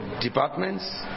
departments